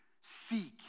seek